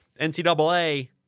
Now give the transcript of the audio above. NCAA